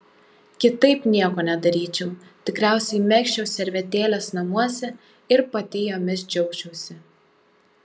kitaip nieko nedaryčiau tikriausiai megzčiau servetėles namuose ir pati jomis džiaugčiausi